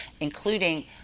including